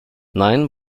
nein